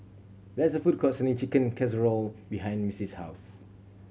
there's a food court selling Chicken Casserole behind Missie's house